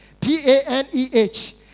P-A-N-E-H